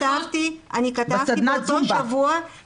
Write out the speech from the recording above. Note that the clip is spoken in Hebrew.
אני כתבתי באותו שבוע --- בסדנת זומבה.